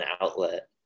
outlet